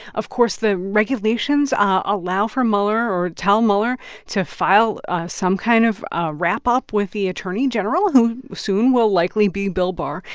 of course, the regulations ah allow for mueller or tell mueller to file some kind of ah wrap-up with the attorney general, who soon will likely be bill barr.